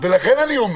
אני יודע